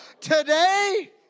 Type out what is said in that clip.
today